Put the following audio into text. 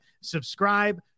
subscribe